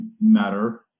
matter